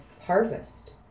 harvest